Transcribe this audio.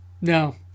No